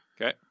Okay